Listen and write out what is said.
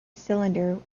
cylinder